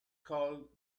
called